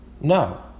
No